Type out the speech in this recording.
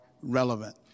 relevant